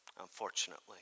unfortunately